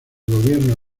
gobierno